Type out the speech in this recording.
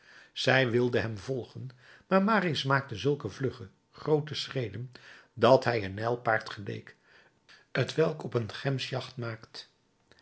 zij wilde hem volgen maar marius maakte zulke vlugge groote schreden dat hij een nijlpaard geleek t welk op een gems jacht maakt